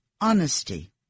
honesty